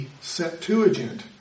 Septuagint